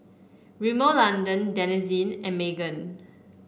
Rimmel London Denizen and Megan